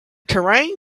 terrain